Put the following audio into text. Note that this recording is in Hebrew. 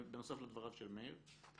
בנוסף לדבריו של מאיר.